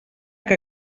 que